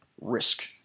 risk